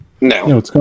No